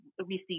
receive